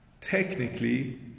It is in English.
technically